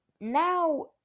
now